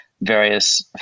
various